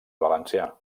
valencià